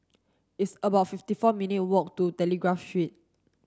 it's about fifty four minute a walk to Telegraph Street